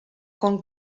con